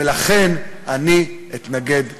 ולכן אני אתנגד לו.